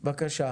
בבקשה.